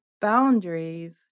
boundaries